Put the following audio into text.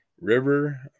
River